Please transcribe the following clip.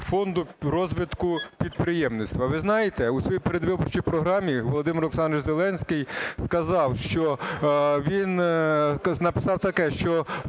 Фонду розвитку підприємництва. Ви знаєте, у своїй передвиборчій програмі Володимир Олександрович Зеленський сказав, що він... написав таке, що